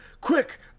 quick